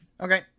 Okay